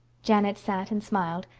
janet sat and smiled,